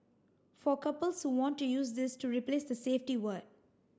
for couples who want to use this to replace the safety word